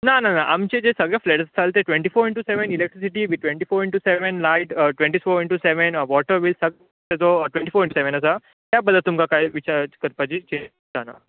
ना ना ना आमचे जे सगळे आसताले ते twenty four into seven electricity with twenty four into seven light twenty four into seven water वेटाक जो ट्वेन्टी फाॅर इन्टू सेवन आसा त्या बद्दल तुमकां कायी विचार करपाची चिंता ना